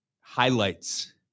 Highlights